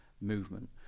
movement